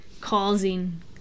causing